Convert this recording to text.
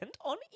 on